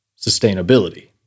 sustainability